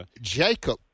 Jacob